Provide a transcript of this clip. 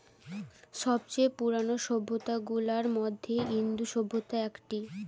সব চেয়ে পুরানো সভ্যতা গুলার মধ্যে ইন্দু সভ্যতা একটি